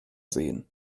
sehen